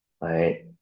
right